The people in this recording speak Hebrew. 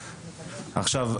עכשיו,